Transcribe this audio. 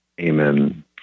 Amen